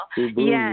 Yes